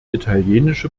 italienische